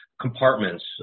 compartments